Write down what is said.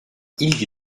ilgi